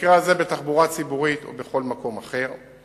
במקרה הזה בתחבורה ציבורית או בכל מקום אחר.